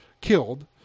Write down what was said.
killed